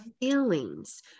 feelings